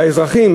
לאזרחים,